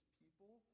people